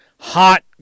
Hot